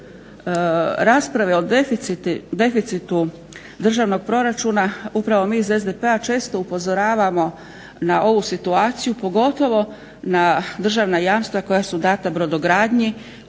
rasprave o deficitu državnog proračuna upravo mi iz SDP-a često upozoravamo na ovu situaciju pogotovo na državna jamstva koja su dana brodogradnji